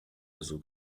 azul